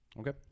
Okay